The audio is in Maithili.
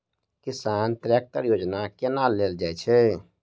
किसान ट्रैकटर योजना केना लेल जाय छै?